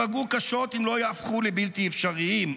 ייפגעו קשות, אם לא יהפכו לבלתי אפשריים.